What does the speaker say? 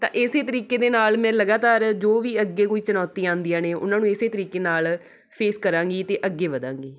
ਤਾਂ ਇਸੇ ਤਰੀਕੇ ਦੇ ਨਾਲ ਮੈਂ ਲਗਾਤਾਰ ਜੋ ਵੀ ਅੱਗੇ ਕੋਈ ਚੁਣੌਤੀਆਂ ਆਉਂਦੀਆਂ ਨੇ ਉਹਨਾਂ ਨੂੰ ਇਸੇ ਤਰੀਕੇ ਨਾਲ ਫੇਸ ਕਰਾਂਗੀ ਅਤੇ ਅੱਗੇ ਵਧਾਂਗੀ